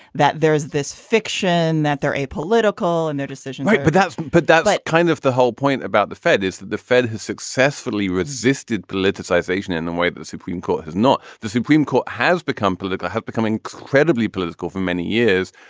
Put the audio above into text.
that there is this fiction that they're apolitical in their decision right but that's what put that like kind of the whole point about the fed is that the fed has successfully resisted politicization in the way that the supreme court has not the supreme court has become political has become incredibly political for many years.